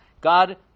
God